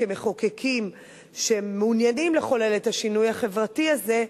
כמחוקקים שמעוניינים לחולל את השינוי החברתי הזה,